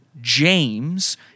James